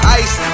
ice